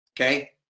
okay